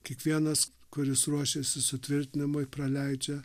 kiekvienas kuris ruošėsi sutvirtinimui praleidžia